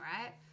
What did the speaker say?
right